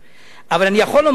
אבל אני יכול לומר לך,